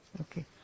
Okay